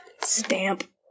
Stamp